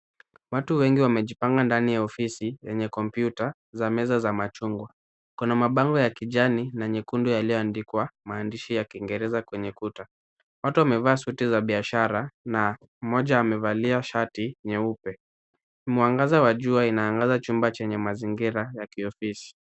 Watu wengi wamejipanga ndani ya ofisi yenye computer za meza za machungwa. Kuna mabango ya kijani na nyekundu yaliyoandikwa maandishi ya kiingereza kwenye kuta. Watu wamevaa suti za biashara na mmoja amevalia shati nyeupe. Mwangaza wa jua inaangaza chumba chenye mazingira ya kiofisi.